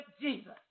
Jesus